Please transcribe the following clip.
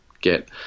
get